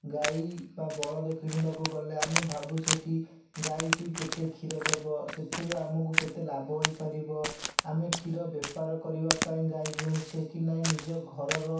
ଗାଈ ବା ବଳଦ କିଣିବାକୁ ଗଲେ ଆମେ ଭାବୁଛେ କି ଗାଈଟି କେତେ କ୍ଷୀର ଦେବ ସେଥିରୁ ଆମକୁ କେତେ ଲାଭ ହୋଇପାରିବ ଆମେ କ୍ଷୀର ବେପାର କରିବାପାଇଁ ଗାଈ କିଣୁଛେ କି ନାଇ ନିଜ ଘରର